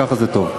ככה זה טוב.